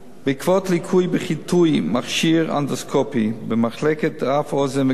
בעקבות ליקוי בחיטוי מכשיר אנדוסקופי במחלקת אף-אוזן-גרון